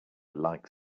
like